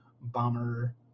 bomber